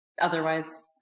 otherwise